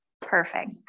perfect